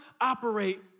operate